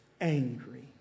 angry